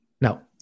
Now